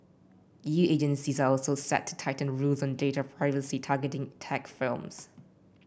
E U agencies are also set to tighten rules on data privacy targeting tech films